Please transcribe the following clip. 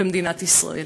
במדינת ישראל.